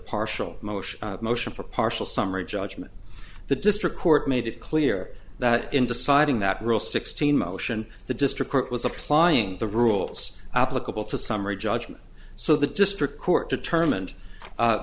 partial motion motion for partial summary judgment the district court made it clear that in deciding that rule sixteen motion the district court was applying the rules applicable to summary judgment so the district court determined